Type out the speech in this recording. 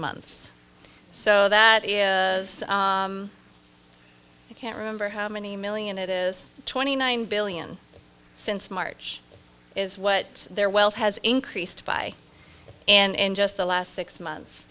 months so that if you can't remember how many million it is twenty nine billion since march is what their wealth has increased by and in just the last six months